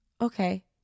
Okay